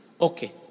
Okay